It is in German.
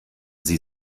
sie